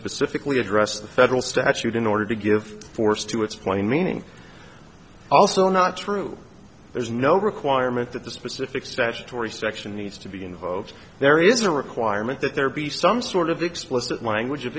specifically address the federal statute in order to give force to its plain meaning also not true there's no requirement that the specific statutory section needs to be invoked there is a requirement that there be some sort of explicit language of